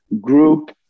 group